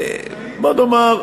בוא נאמר,